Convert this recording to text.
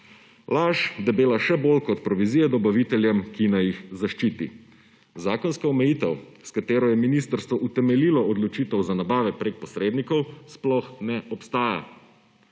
Laž, debela še bolj kot provizije dobaviteljem, ki naj jih zaščiti. Zakonska omejitev, s katero je ministrstvo utemeljilo odločitev za nabave prek posrednikov, sploh ne obstaja.